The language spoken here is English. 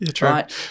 right